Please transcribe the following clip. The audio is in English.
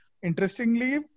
Interestingly